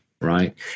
Right